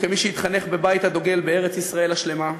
וכמי שהתחנך בבית הדוגל בארץ-ישראל השלמה,